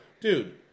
Dude